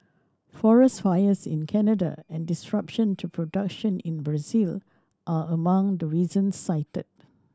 forest fires in Canada and disruption to production in Brazil are among the reasons cited